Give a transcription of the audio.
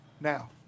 now